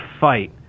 fight